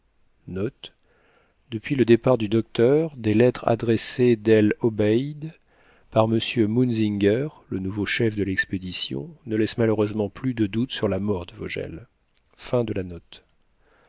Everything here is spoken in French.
des lettres adressées d'el'obeid par m munzinger le nouveau chef de lexpédition ne laissent malheureusement plus de doute sur la mort de vogel